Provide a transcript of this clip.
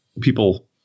people